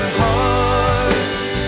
hearts